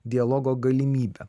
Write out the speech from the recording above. dialogo galimybę